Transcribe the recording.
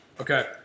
Okay